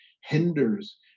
hinders